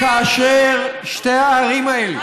וכאשר שתי הערים האלה,